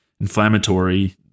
inflammatory